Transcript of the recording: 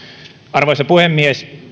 arvoisa puhemies